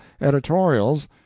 editorials